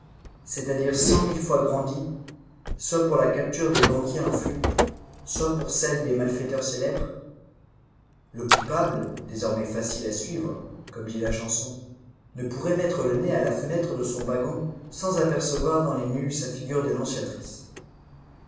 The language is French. c'est-à-dire cent mille fois grandis soit pour la capture des banquiers en fuite soit pour celle des malfaiteurs célèbres le coupable désormais facile à suivre comme dit la chanson ne pourrait mettre le nez à la fenêtre de son wagon sans apercevoir dans les nues sa figure dénonciatrice